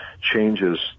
changes